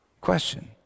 question